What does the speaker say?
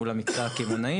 מול המקטע הקמעונאי.